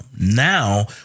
Now